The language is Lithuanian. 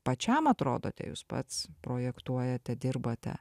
pačiam atrodote jūs pats projektuojate dirbate